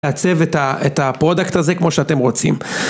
לעצב את הפרודוקט הזה כמו שאתם רוצים.